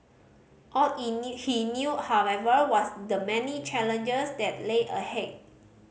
all he knew however was the many challenges that lay ahead